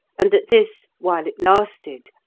and that this, while it lasted,